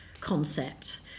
concept